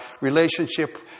relationship